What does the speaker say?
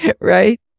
Right